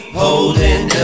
holding